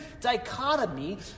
dichotomy